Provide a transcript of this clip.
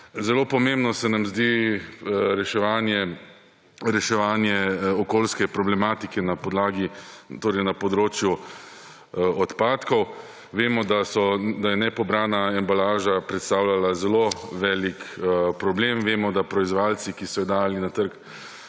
Zelo pomembno se nam zdi reševanje okoljske problematike na področju odpadkov. Vemo, da je nepobrana embalaža predstavljala zelo velik problem; vemo, da proizvajalci, ki so jo dajali na trg